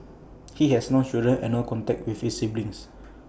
he has no children and no contact with his siblings